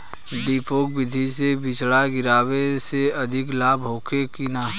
डेपोक विधि से बिचड़ा गिरावे से अधिक लाभ होखे की न?